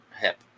hip